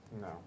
No